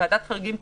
אנחנו